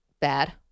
Bad